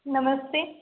नमस्ते